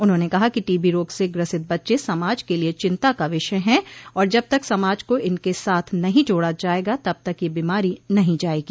उन्होंने कहा कि टीबी रोग से ग्रसित बच्चे समाज के लिये चिंता का विषय है और जब तक समाज को इनके साथ नहीं जोड़ा जायेगा तब तक यह बीमारी नहीं जायेगी